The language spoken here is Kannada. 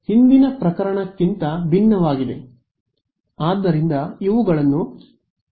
ಆದ್ದರಿಂದ ಇದು ನಿಮ್ಮ ಹಿಂದಿನ ಪ್ರಕರಣಕ್ಕಿಂತ ಭಿನ್ನವಾಗಿದೆ